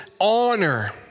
honor